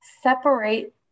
separate